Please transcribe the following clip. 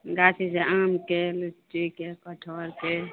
गाछी छै आमके लीचीके कटहरके